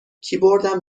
کیبوردم